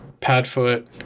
Padfoot